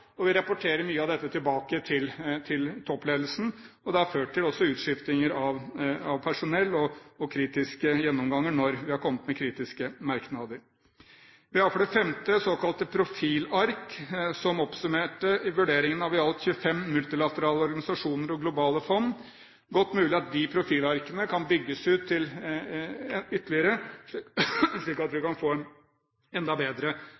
Vi rapporterer mye av dette tilbake til toppledelsen. Det har også ført til utskiftinger av personell og kritiske gjennomganger når vi har kommet med kritiske merknader. Vi har for det femte såkalte profilark som oppsummerte vurderingen av i alt 25 multilaterale organisasjoner og globale fond. Det er godt mulig at profilarkene kan bygges ut ytterligere, slik at vi kan få en enda bedre